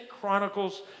Chronicles